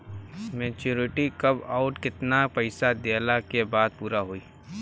Maturity कब आउर केतना पईसा देहला के बाद पूरा होई?